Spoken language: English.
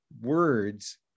words